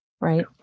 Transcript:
right